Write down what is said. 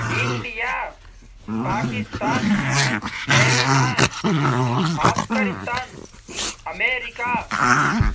India Pakistan China Afghanistan America